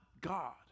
God